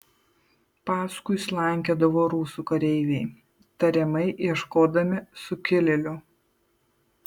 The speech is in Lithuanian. paskui slankiodavo rusų kareiviai tariamai ieškodami sukilėlių